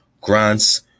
grants